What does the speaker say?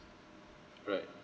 right